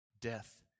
death